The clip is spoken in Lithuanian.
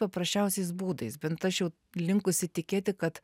paprasčiausiais būdais bent aš jau linkusi tikėti kad